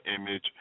image